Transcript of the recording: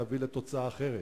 להביא לתוצאה אחרת.